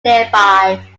nearby